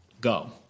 go